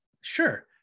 Sure